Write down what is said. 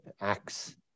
acts